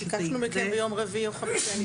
ביקשנו מכם ביום רביעי או חמישי.